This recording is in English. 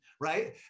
right